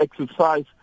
exercise